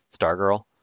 Stargirl